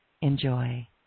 Enjoy